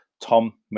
Tom